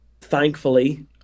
thankfully